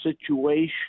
situation